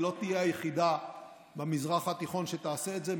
היא לא תהיה היחידה במזרח התיכון שתעשה את זה,